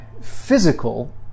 physical